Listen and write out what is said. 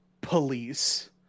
police